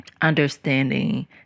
understanding